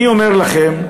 אני אומר לכם,